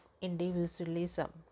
individualism